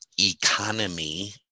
economy